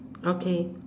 okay